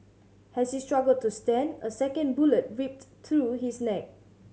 as he struggled to stand a second bullet ripped through his neck